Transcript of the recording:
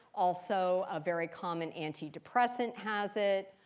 also a very common antidepressant has it,